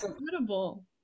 incredible